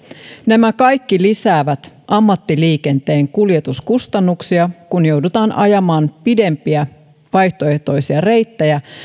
nämä kaikki lisäävät ammattiliikenteen kuljetuskustannuksia kun joudutaan ajamaan pidempiä vaihtoehtoisia reittejä